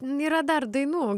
yra dar dainų